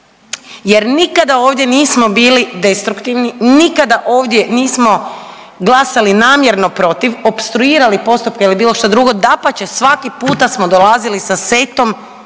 jer nikada ovdje nismo bili destruktivni, nikada ovdje nismo glasali namjerno protiv, opstruirali postupke ili bilo što drugo, dapače svaki puta samo dolazili sa setom